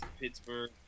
Pittsburgh